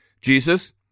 Jesus